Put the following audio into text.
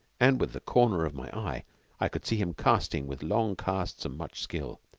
and with the corner of my eye i could see him casting with long casts and much skill.